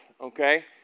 okay